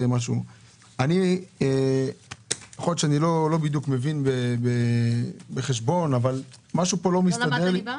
יכול להיות שאני לא בדיוק מבין בחשבון אבל משהו פה לא מסתדר לי.